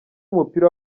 w’umupira